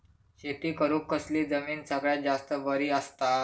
शेती करुक कसली जमीन सगळ्यात जास्त बरी असता?